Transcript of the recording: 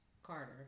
Carter